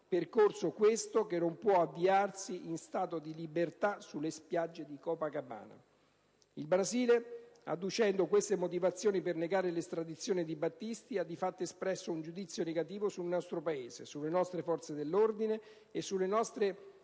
percorso questo che non può avviarsi in stato di libertà sulle spiagge di Copacabana. Il Brasile, adducendo queste motivazioni per negare l'estradizione di Battisti, ha di fatto espresso un giudizio negativo sul nostro Paese, sulle nostre forze dell'ordine e sulle nostre